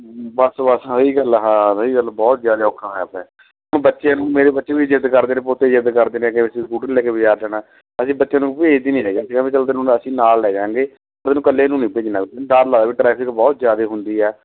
ਬਸ ਬਸ ਇਹੀ ਗੱਲ ਹਾਂ ਰਹੀ ਗੱਲ ਬਹੁਤ ਜ਼ਿਆਦਾ ਔਖਾ ਹੋਇਆ ਪਿਆ ਬੱਚੇ ਨੂੰ ਮੇਰੇ ਬੱਚੇ ਵੀ ਜਿੱਦ ਕਰਦੇ ਨੇ ਪੋਤੇ ਜਿੱਦ ਕਰਦੇ ਨੇ ਕਿ ਅਸੀਂ ਸਕੂਟਰ ਲੈ ਕੇ ਬਾਜ਼ਾਰ ਜਾਣਾ ਅਸੀਂ ਬੱਚੇ ਨੂੰ ਭੇਜਦੇ ਨਹੀਂ ਹੈਗੇ ਜਿਵੇਂ ਚੱਲ ਤੈਨੂੰ ਅਸੀਂ ਨਾਲ ਲੈ ਜਾਂਗੇ ਤੈਨੂੰ ਇਕੱਲੇ ਨੂੰ ਨਹੀਂ ਭੇਜਣਾ ਡਰ ਲਾ ਟਰੈਫਿਕ ਬਹੁਤ ਜ਼ਿਆਦਾ ਹੁੰਦੀ ਹੈ